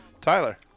Tyler